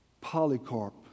Polycarp